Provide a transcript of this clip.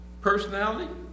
Personality